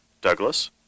Douglas